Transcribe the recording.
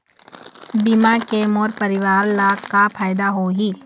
बीमा के मोर परवार ला का फायदा होही?